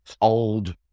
old